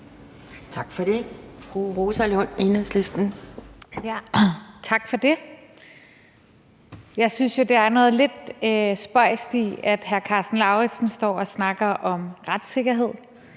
Tak for det. Jeg synes jo, der er noget lidt spøjst i, at hr. Karsten Lauritzen står og snakker om retssikkerhed,